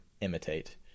imitate